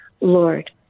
lord